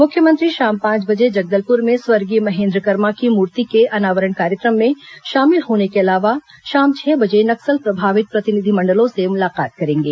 मुख्यमंत्री शाम पांच बजे जगलदपुर में स्वर्गीय महेन्द्र कर्मा की मूर्ति के अनावरण कार्यक्रम में शामिल होने के अलावा शाम छह बजे नक्सल प्रभावित प्रतिनिधिमंडलों से मुलाकात करेंगे